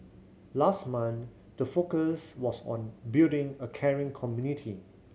last month the focus was on building a caring community